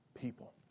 people